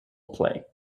play